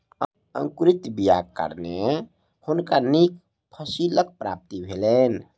अंकुरित बीयाक कारणें हुनका नीक फसीलक प्राप्ति भेलैन